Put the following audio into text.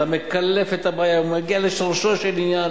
אתה מקלף את הבעיה ומגיע לשורשו של עניין,